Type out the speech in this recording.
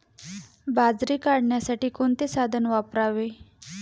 बाजरी काढण्यासाठी कोणते साधन वापरावे?